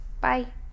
Bye